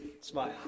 Smile